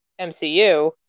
MCU